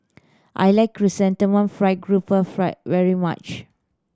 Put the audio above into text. I like Chrysanthemum Fried Garoupa fried very much